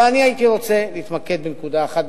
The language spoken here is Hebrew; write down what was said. אבל אני הייתי רוצה להתמקד בנקודה אחת,